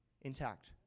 intact